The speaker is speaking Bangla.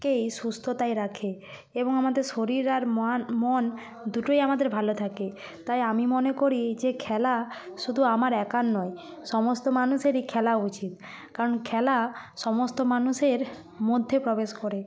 কেই সুস্থতায় রাখে এবং আমাদের শরীর আর মন দুটোই আমাদের ভালো থাকে তাই আমি মনে করি যে খেলা শুধু আমার একার নয় সমস্ত মানুষেরই খেলা উচিত কারণ খেলা সমস্ত মানুষের মধ্যে প্রবেশ করে